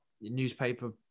newspaper